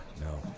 No